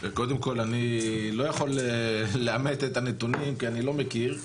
קודם כל אני לא יכול לאמת את הנתונים כי אני לא מכיר.